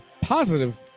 positive